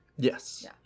Yes